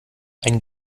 ein